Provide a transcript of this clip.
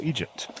Egypt